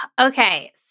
Okay